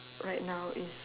right now is